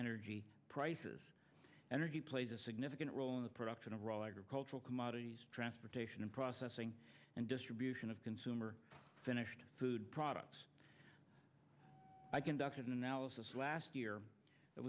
energy prices energy plays a significant role in the production of role agricultural commodities transportation and processing and distribution of consumer finished food products i conducted an analysis last year